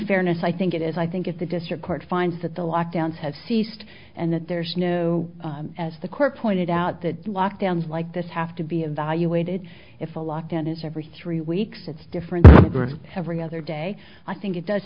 fairness i think it is i think if the district court finds that the lockdown has ceased and that there's no as the court pointed out that lock downs like this have to be evaluated if a lockdown is every three weeks it's different every other day i think it does